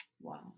Wow